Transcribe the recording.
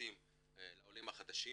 ושירותים לעולים החדשים